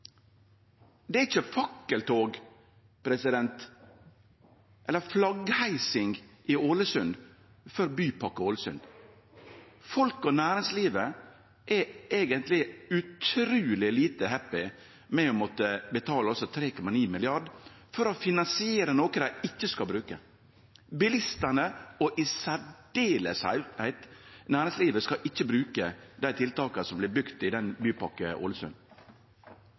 Det er ikkje fakkeltog eller flaggheising i Ålesund for Bypakke Ålesund. Folk og næringslivet er eigentleg utruleg lite happy med å måtte betale 3,9 mrd. kr for å finansiere noko dei ikkje skal bruke. Bilistane og særleg næringslivet skal ikkje bruke dei tiltaka som vert bygde i Bypakke